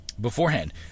beforehand